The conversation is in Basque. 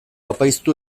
apaiztu